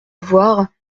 voir